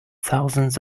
thousands